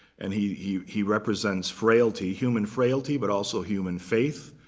and he he represents frailty, human frailty, but also human faith,